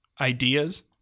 ideas